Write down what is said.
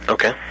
Okay